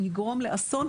יגרום לאסון,